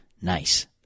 nice